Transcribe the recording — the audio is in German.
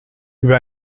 über